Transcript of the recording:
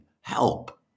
help